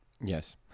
Yes